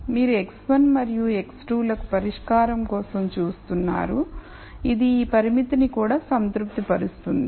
మీరు x1 మరియు x2 లకు పరిష్కారం కోసం చూస్తున్నారు ఇది ఈ పరిమితిని కూడా సంతృప్తిపరుస్తుంది